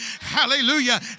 Hallelujah